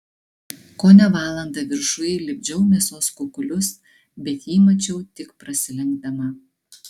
kone valandą viršuj lipdžiau mėsos kukulius bet jį mačiau tik prasilenkdama